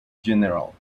general